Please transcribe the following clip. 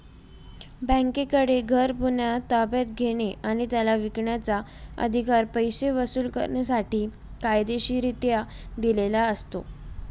बँकेकडे घर पुन्हा ताब्यात घेणे आणि त्याला विकण्याचा, अधिकार पैसे वसूल करण्यासाठी कायदेशीररित्या दिलेला असतो